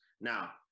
Now